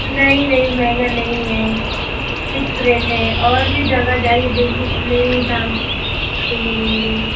नहीं नहीं महँगा नहीं है फ़िक्स रेट है और भी जगह जाइए देखिए इतने ही दाम के मिलेंगे